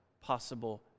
possible